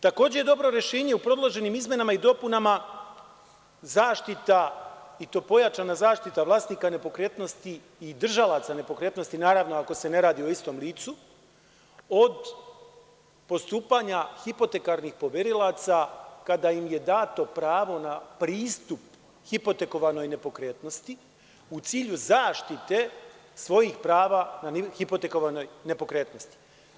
Takođe je dobro rešenje u predloženim izmenama i dopunama zaštita, i to pojačana zaštita, vlasnika nepokretnosti i držalaca nepokretnosti, naravno ako se ne radi o istom licu, od postupanja hipotekarnih poverilaca kada im je dato pravo na pristup hipotekovanoj nepokretnosti u cilju zaštite svojih prava na hipotekovanoj nepokretnosti.